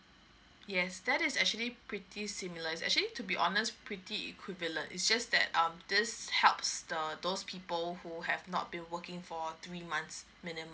yes that is actually pretty similar it's actually to be honest pretty equivalent it's just that um this helps the those people who have not been working for three months minimum